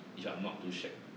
if I'm not too shag